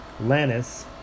Lannis